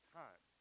time